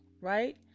right